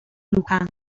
luján